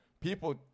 People